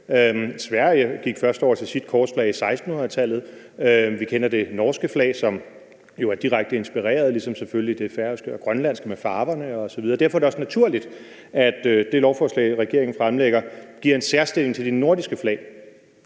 Sverige gik først over til sit korsflag i 1600-tallet. Vi kender det norske flag, som jo er direkte inspireret af Dannebrog ligesom selvfølgelig det færøske og det grønlandske flag med farverne osv. Derfor er det også naturligt, at det lovforslag, regeringen fremsætter, giver en særstilling til de nordiske flag.